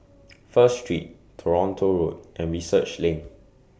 First Street Toronto Road and Research LINK